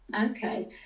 okay